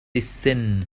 السن